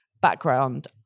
background